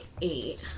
eight